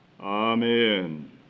Amen